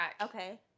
Okay